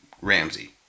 Ramsey